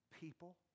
people